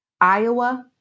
Iowa